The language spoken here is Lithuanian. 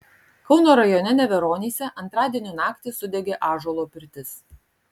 kauno rajone neveronyse antradienio naktį sudegė ąžuolo pirtis